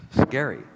scary